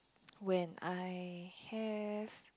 when I have